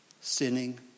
Sinning